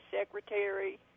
secretary